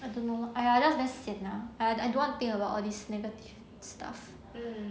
I don't know !aiya! I just very sian lah I I don't wanna think about all these negative stuff